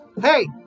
Hey